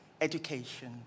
education